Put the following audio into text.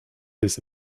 this